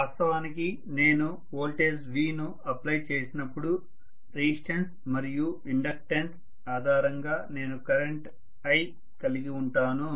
వాస్తవానికి నేను voltage V ను అప్లై చేసినప్పుడు రెసిస్టెన్స్ మరియు ఇండక్టెన్స్ ఆధారంగా నేను కరెంట్ i కలిగి ఉంటాను